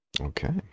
Okay